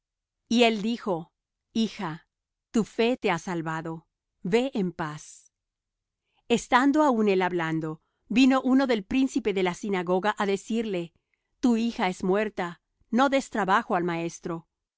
y él dijo hija tu fe te ha salvado ve en paz estando aún él hablando vino uno del príncipe de la sinagoga á decirle tu hija es muerta no des trabajo al maestro